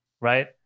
right